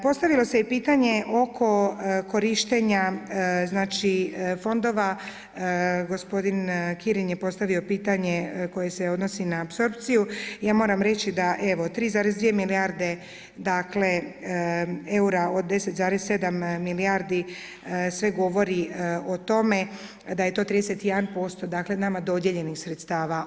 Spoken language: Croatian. Postavilo se i pitanje oko korištenja fondova, gospodin Kirin je postavio pitanje koje se odnosi na apsorpciju i ja moram reći da evo 3,2 milijarde dakle eura od 10,7 milijardi sve govori o tome da je to 31% dakle nama dodijeljenih sredstava.